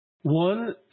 one